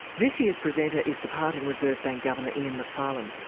this year's presenter is departing reserve bank governor, ian macfarlane,